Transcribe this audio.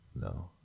no